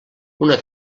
una